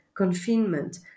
confinement